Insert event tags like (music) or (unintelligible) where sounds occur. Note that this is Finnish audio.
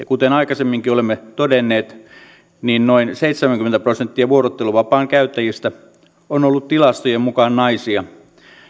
(unintelligible) kuten aikaisemminkin olemme todenneet noin seitsemänkymmentä prosenttia vuorotteluvapaan käyttäjistä on ollut tilastojen mukaan naisia